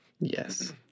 Yes